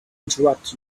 interrupt